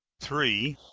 three.